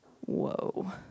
whoa